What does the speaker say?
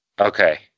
Okay